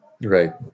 right